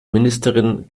ministerin